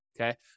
okay